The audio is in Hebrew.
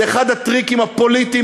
זה אחד הטריקים הפוליטיים,